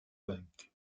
funk